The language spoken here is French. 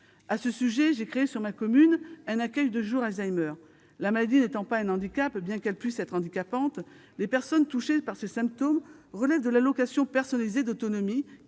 À ce sujet, j'ai créé dans ma commune un accueil de jour Alzheimer. La maladie n'étant pas un handicap, bien qu'elle puisse être handicapante, les personnes touchées par ces symptômes relèvent de l'allocation personnalisée d'autonomie.